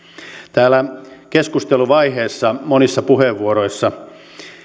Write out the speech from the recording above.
täällä keskusteluvaiheessa monissa puheenvuoroissa